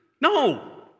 No